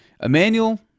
Emmanuel